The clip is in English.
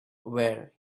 where